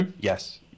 Yes